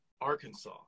Arkansas